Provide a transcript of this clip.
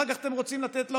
אחר כך אתם רוצים לתת לעובדים.